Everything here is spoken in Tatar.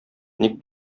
ник